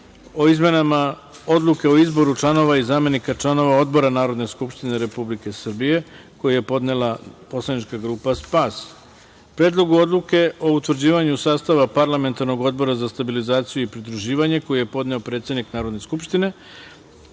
o izmenama Odluke o izmenama članova i zamenika članova odbora Narodne skupštine Republike Srbije, koji je podnela poslanička grupa SPAS; Predlogu odluke o utvrđivanju sastava parlamentarnog odbora za stabilizaciju i pridruživanje, koji je podneo predsednik Narodne skupštine